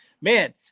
man